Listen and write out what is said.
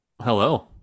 Hello